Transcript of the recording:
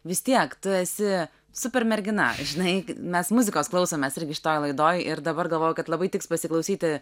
vis tiek tu esi super mergina žinai mes muzikos klausomės irgi šitoj laidoj ir dabar galvoju kad labai tiks pasiklausyti